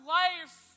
life